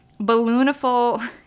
ballooniful